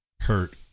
Hurt